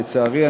לצערי,